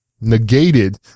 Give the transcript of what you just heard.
negated